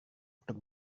untuk